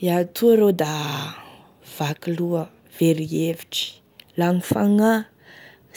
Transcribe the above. Iaho toa rô da vaky loha, very hevitry, lany fagnahy